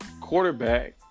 quarterback